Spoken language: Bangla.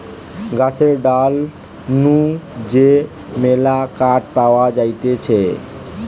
গাছের ডাল নু যে মেলা কাঠ পাওয়া যাতিছে